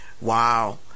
Wow